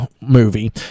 movie